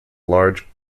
large